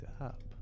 up